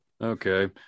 Okay